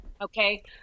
Okay